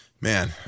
Man